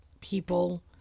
people